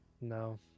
No